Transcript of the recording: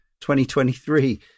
2023